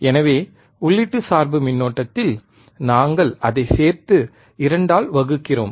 எனவே உள்ளீட்டு சார்பு மின்னோட்டத்தில் நாங்கள் அதைச் சேர்த்து 2 ஆல் வகுக்கிறோம்